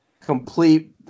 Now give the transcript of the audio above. Complete